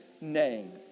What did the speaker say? name